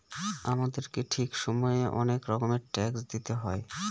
আমাদেরকে ঠিক সময়ে অনেক রকমের ট্যাক্স দিতে হয়